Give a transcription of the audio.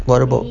what about